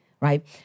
right